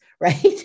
Right